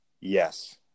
Yes